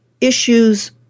issues